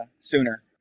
sooner